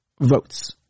votes